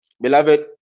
beloved